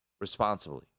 responsibly